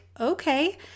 okay